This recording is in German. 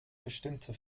bestimmte